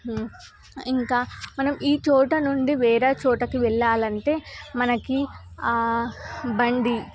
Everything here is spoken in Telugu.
ఇంకా మనం ఈ చోట నుండి వేరే చోటకి వెళ్ళాలంటే మనకు బండి